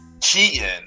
cheating